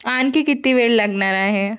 आणखी कित्ती वेळ लागणार आहे